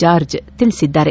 George ತಿಳಿಸಿದ್ದಾರೆ